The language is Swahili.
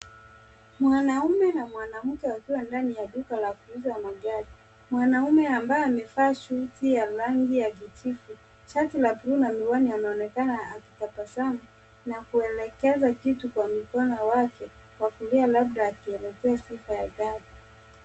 Mwanaume na mwanamke wakiwa ndani ya duka la kuuza magari .Mwanaume ambaye amevaa shati ya rangi ya kijivu anaonekana akitabasamu na kuelekeza kitu kwa mkono wake wa kulia labda akielezea sifa ya gari.